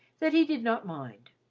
that he did not mind.